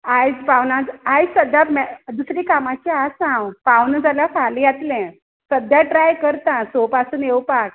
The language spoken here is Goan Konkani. आयज पावना आयज सद्द्या मे दुसरें कामाचें आसा आंव पावना जाल्या फाल्यां येतलें सद्द्या ट्राय करता सो पासून येवपाक